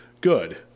Good